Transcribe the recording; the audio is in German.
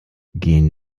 gehen